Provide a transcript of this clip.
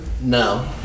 no